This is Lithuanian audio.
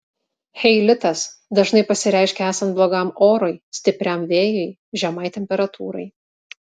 cheilitas dažnai pasireiškia esant blogam orui stipriam vėjui žemai temperatūrai